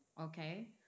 Okay